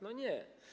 No nie.